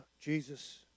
Jesus